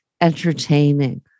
entertaining